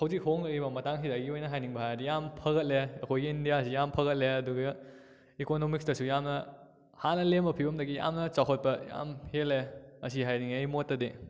ꯍꯧꯖꯤꯛ ꯍꯣꯡꯂꯛꯂꯤꯕ ꯃꯇꯥꯡꯁꯤꯗ ꯑꯩꯒꯤ ꯑꯣꯏꯅ ꯍꯥꯏꯅꯤꯡꯕ ꯍꯥꯏꯔꯗꯤ ꯌꯥꯝ ꯐꯒꯠꯂꯦ ꯑꯩꯈꯣꯏꯒꯤ ꯏꯟꯗꯤꯌꯥꯁꯤ ꯌꯥꯝ ꯐꯒꯠꯂꯦ ꯑꯗꯨꯒ ꯏꯀꯣꯅꯣꯃꯤꯛꯁꯇꯁꯨ ꯌꯥꯝꯅ ꯍꯥꯟꯅ ꯂꯩꯔꯝꯕ ꯐꯤꯕꯝꯗꯒꯤ ꯌꯥꯝꯅ ꯆꯥꯎꯈꯠꯄ ꯌꯥꯝ ꯍꯦꯜꯂꯦ ꯑꯁꯤ ꯍꯥꯏꯅꯤꯡꯉꯦ ꯑꯩ ꯃꯣꯠꯇꯗꯤ